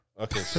Okay